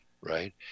right